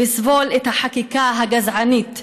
ולסבול את החקיקה הגזענית,